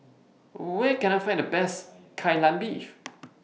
Where Can I Find The Best Kai Lan Beef